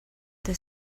the